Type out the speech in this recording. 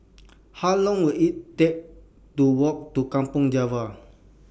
How Long Will IT Take to Walk to Kampong Java